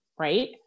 right